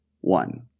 one